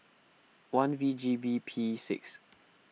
one V G B P six